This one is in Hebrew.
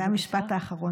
זה המשפט האחרון.